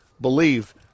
believe